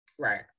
Right